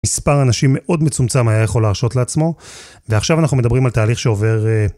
מספר אנשים מאוד מצומצם היה יכול להרשות לעצמו. ועכשיו אנחנו מדברים על תהליך שעובר...